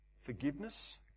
forgiveness